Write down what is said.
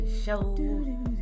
show